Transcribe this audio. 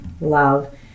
love